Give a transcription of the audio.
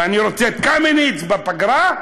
ואני רוצה את קמיניץ בפגרה,